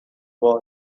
war